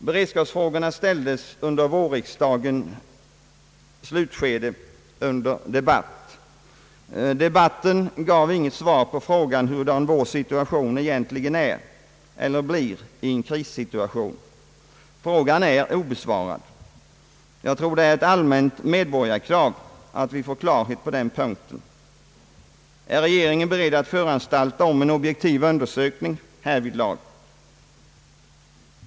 Beredskapsfrågorna ställdes i vårriksdagens slutskede under debatt. Debatten gav inget svar på frågan hurdan vår situation egentligen är eller blir i ett krisläge. Frågan är obesvarad. Jag tror det är ett allmänt medborgarkrav att vi får klarhet på den punkten. är regeringen beredd föranstalta om en objektiv undersökning härvidlag?